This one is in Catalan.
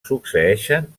succeeixen